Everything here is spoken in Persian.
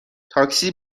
تاکسی